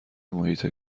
محیط